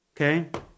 Okay